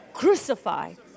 crucified